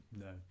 No